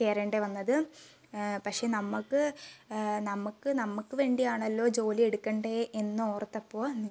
കേറേണ്ടിവന്നത് പക്ഷേ നമുക്ക് നമുക്ക് നമുക്ക് വേണ്ടിയാണല്ലോ ജോലിയെടുക്കേണ്ടത് എന്നോർത്തപ്പോൾ